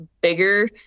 bigger